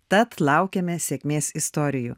tad laukiame sėkmės istorijų